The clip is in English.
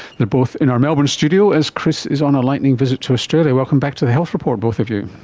they're both in our melbourne studio as chris is on a lightning visit to australia. welcome back to the health report, both of you.